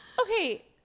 Okay